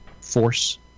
Force